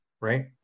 right